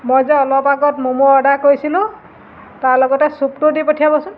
মই যে অলপ আগত ম'ম' অৰ্ডাৰ কৰিছিলোঁ তাৰ লগতে চুপটো দি পঠিয়াবচোন